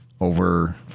over